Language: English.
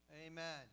Amen